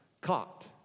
caught